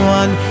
one